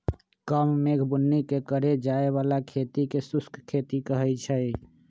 कम मेघ बुन्नी के करे जाय बला खेती के शुष्क खेती कहइ छइ